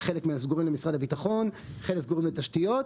חלק מהם סגורים למשרד הבטחון, חלק סגורים לתשתיות,